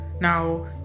Now